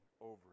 over